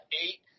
eight